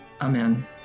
Amen